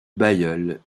bailleul